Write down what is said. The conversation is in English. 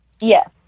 Yes